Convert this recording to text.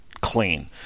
clean